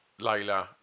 Layla